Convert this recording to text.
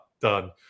Done